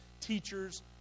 teachers